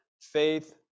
faith